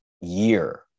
year